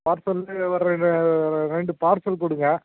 parcel வர ரெ ரெண்டு பார்சல் கொடுங்க